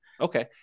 Okay